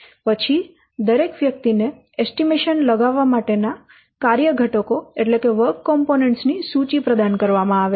પછી દરેક વ્યક્તિ ને એસ્ટીમેશન લગાવવા માટેના કાર્ય ઘટકો ની સૂચિ પ્રદાન કરવામાં આવે છે